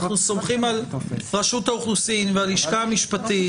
אנחנו סומכים על רשות האוכלוסין והלשכה המשפטית.